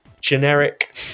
generic